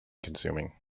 consuming